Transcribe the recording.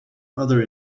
other